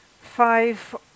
Five